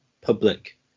public